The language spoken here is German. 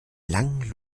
langen